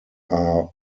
are